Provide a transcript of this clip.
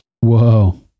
whoa